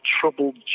troubled